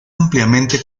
ampliamente